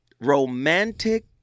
Romantic